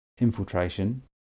Infiltration